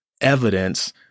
evidence